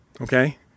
Okay